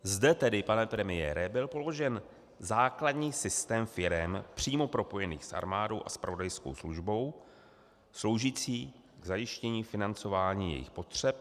Zde tedy, pane premiére, byl položen základní systém firem přímo propojených s armádou a zpravodajskou službou sloužící k zajištění financování jejich potřeb.